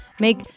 make